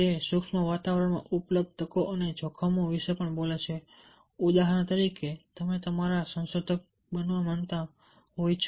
તે સૂક્ષ્મ વાતાવરણમાં ઉપલબ્ધ તકો અને જોખમો વિશે પણ બોલે છે ઉદાહરણ તરીકે તમે સારા સંશોધક બનવા માંગો છો